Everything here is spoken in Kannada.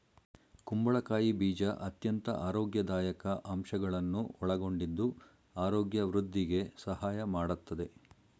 ಕುಂಬಳಕಾಯಿ ಬೀಜ ಅತ್ಯಂತ ಆರೋಗ್ಯದಾಯಕ ಅಂಶಗಳನ್ನು ಒಳಗೊಂಡಿದ್ದು ಆರೋಗ್ಯ ವೃದ್ಧಿಗೆ ಸಹಾಯ ಮಾಡತ್ತದೆ